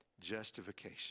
justification